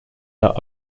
not